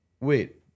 wait